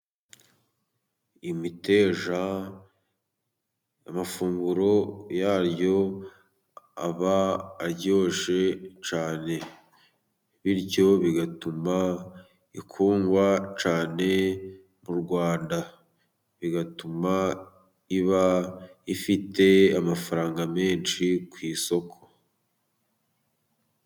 Imiteja amafunguro yaryo aba aryoshye cyane, bityo bigatuma ikundwa cyane mu Rwanda, bigatuma iba ifite amafaranga menshi ku isoko.